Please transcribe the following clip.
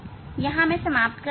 यहां मैं समाप्त करता हूं